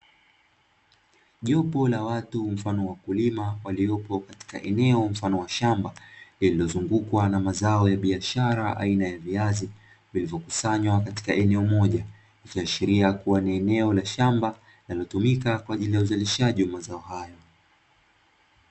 Jopo la watu mfano wakulima waliopo katika eneo mfano wa shamba lililozungukwa na mazao ya biashara aina ya viazi vilivyokusanywa katika eneo moja. Ikiashiria kuwa ni eneo la shamba linalotumika kwa ajili ya uzalishaji wa mazao hayo.